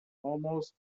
almost